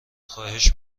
خواهش